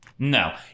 No